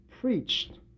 preached